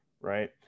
Right